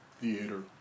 theater